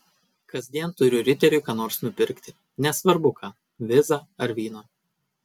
kasdien turiu riteriui ką nors nupirkti nesvarbu ką vizą ar vyno